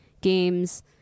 games